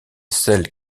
celle